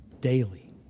daily